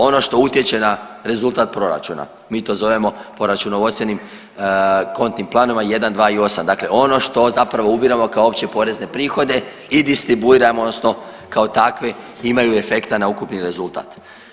Ono što utječe na rezultat proračuna mi to zovemo po računovodstvenim kontnim planovima 1, 2 i 8. Dakle, ono što zapravo ubiremo kao opće porezne prihode i distribuiramo odnosno kao takve imaju efekta na ukupni rezultat.